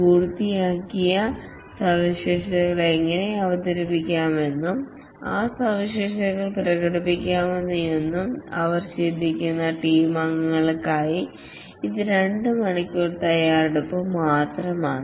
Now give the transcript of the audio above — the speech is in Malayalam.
പൂർത്തിയാക്കിയ സവിശേഷതകൾ എങ്ങനെ അവതരിപ്പിക്കാമെന്നും ആ സവിശേഷതകൾ പ്രകടിപ്പിക്കുന്നതെങ്ങനെയെന്നും അവർ ചിന്തിക്കുന്ന ടീം അംഗങ്ങൾക്കായി ഇത് 2 മണിക്കൂർ തയ്യാറെടുപ്പ് മാത്രമാണ്